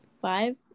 five